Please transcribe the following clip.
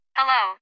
Hello